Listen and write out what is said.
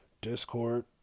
Discord